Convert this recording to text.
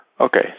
Okay